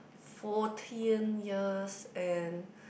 fourteen years and